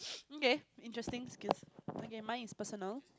okay interesting skills okay mine is personal